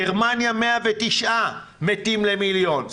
גרמניה 109 מתים למיליון,